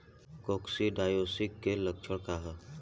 Coccidiosis के लक्षण का ह?